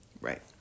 Right